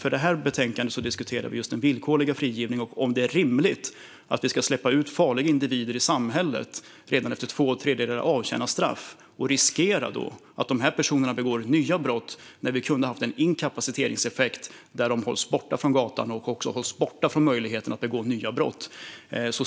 I detta betänkande diskuterar vi dock den villkorliga frigivningen och om det är rimligt att släppa ut farliga individer i samhället efter att bara två tredjedelar av straffet avtjänats och riskera att dessa personer begår nya brott - när vi kunde ha haft en inkapaciteringseffekt där de hålls borta från gatan och från möjligheten att begå nya brott.